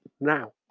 now